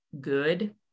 good